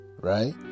right